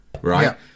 right